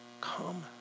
come